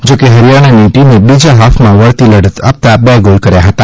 જો કે હરિયાણાની ટીમે બીજા હાફમાં વળતી લડત આપતા બે ગૉલ કર્યા હતા